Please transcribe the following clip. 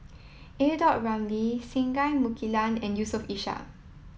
Ramli Singai Mukilan and Yusof Ishak